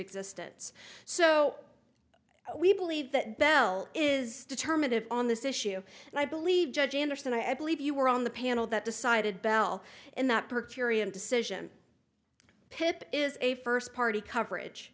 existence so we believe that bell is determinative on this issue and i believe judge anderson i believe you were on the panel that decided bell and that per curiam decision pip is a first party coverage